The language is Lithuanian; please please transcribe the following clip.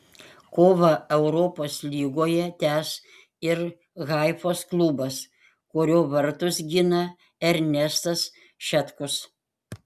kovą europos lygoje tęs ir haifos klubas kurio vartus gina ernestas šetkus